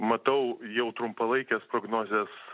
matau jau trumpalaikes prognozes